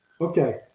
Okay